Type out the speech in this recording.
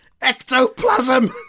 Ectoplasm